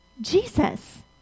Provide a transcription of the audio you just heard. Jesus